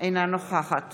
אינה נוכחת